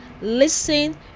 listen